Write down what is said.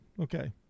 Okay